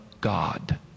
God